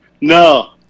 No